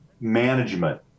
management